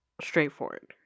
straightforward